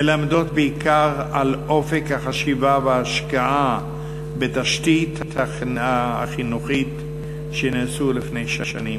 מלמדים בעיקר על אופק החשיבה וההשקעה בתשתית החינוכית שנעשו לפני שנים.